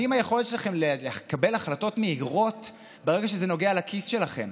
מדהימה היכולת שלכם לקבל החלטות מהירות ברגע שזה נוגע לכיס שלכם.